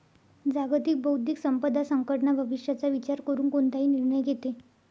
जागतिक बौद्धिक संपदा संघटना भविष्याचा विचार करून कोणताही निर्णय घेते